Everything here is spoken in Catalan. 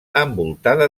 envoltada